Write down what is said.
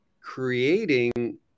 creating